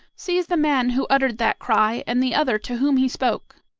seize the man who uttered that cry and the other to whom he spoke!